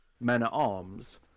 men-at-arms